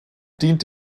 dient